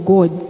God